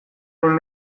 behin